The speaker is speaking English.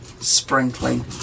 sprinkling